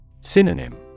Synonym